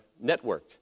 network